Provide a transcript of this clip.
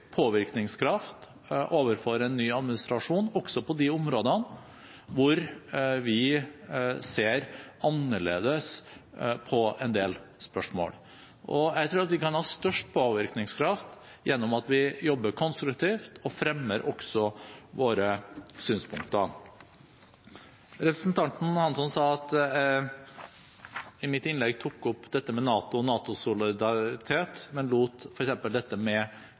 påvirkningskraft overfor en ny administrasjon også på de områdene hvor vi ser annerledes på en del spørsmål. Jeg tror at vi kan ha størst påvirkningskraft ved at vi jobber konstruktivt og også fremmer våre synspunkter. Representanten Hansson sa at jeg i mitt innlegg tok opp dette med NATO og NATO-solidaritet, men lot f.eks. dette med